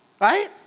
right